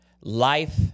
Life